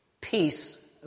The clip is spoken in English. peace